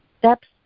steps